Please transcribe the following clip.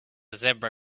zebra